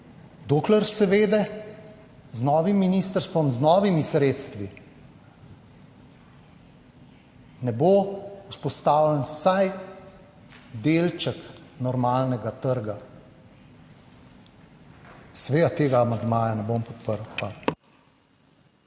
dokler seveda z novim ministrstvom z novimi sredstvi ne bo vzpostavljen vsaj delček normalnega trga. Seveda tega amandmaja ne bom podprl. Hvala.